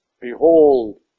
Behold